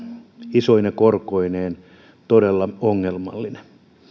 isoine korkoineen todella ongelmallinen